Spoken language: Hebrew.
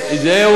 דב, דב,